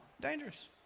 dangerous